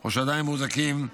או שעדיין מוחזקים בעזה,